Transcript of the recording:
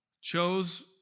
chose